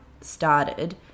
started